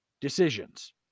decisions